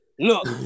look